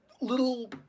little